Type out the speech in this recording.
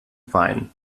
weinen